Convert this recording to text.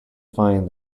find